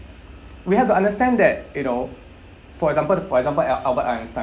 we have to understand that you know for example the for example al~ albert einstein